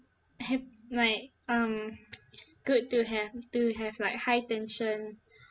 like um good to have to have like high tension